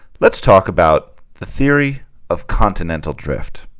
let's talk about the theory of continental drift.